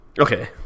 Okay